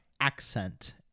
accent